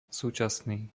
súčasný